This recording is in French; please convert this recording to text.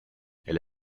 elle